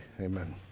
amen